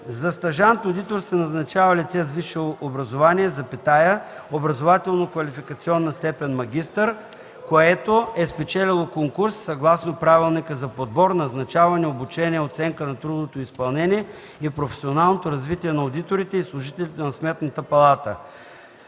За стажант-одитор се назначава лице с висше образование, образователно-квалификационна степен „магистър”, което е спечелило конкурс съгласно Правилника за подбор, назначаване, обучение, оценка на трудовото изпълнение и професионалното развитие на одиторите и служителите на Сметната палата.